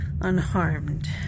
unharmed